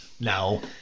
No